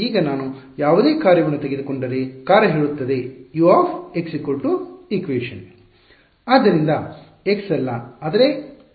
ಈಗ ನಾನು ಯಾವುದೇ ಕಾರ್ಯವನ್ನು ತೆಗೆದುಕೊಂಡರೆ ಕಾರ್ಯ ಹೇಳುತ್ತದೆ U αN 1e βN 2e γN 3e ಆದ್ದರಿಂದ x ಅಲ್ಲ ಆದರೆ x y